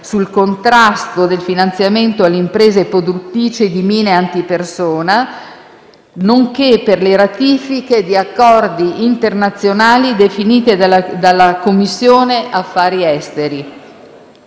sul contrasto del finanziamento alle imprese produttrici di mine antipersona, nonché per le ratifiche di accordi internazionali definite dalla Commissione affari esteri.